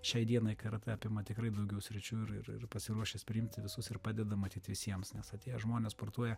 šiai dienai karatė apima tikrai daugiau sričių ir ir pasiruošęs priimti visus ir padeda matyt visiems nes atėję žmonės sportuoja